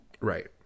Right